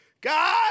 God